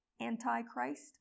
Antichrist